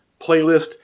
playlist